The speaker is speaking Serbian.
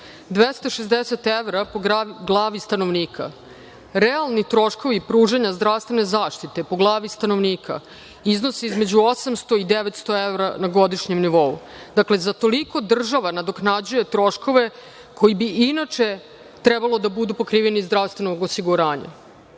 260 evra po glavi stanovnika. Realni troškovi pružanja zdravstvene zaštite po glavi stanovnika iznose između 800 i 900 evra na godišnjem nivou. Dakle, za toliko država nadoknađuje troškove koji bi inače trebalo da budu pokriveni iz zdravstvenog osiguranja.